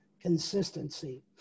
consistency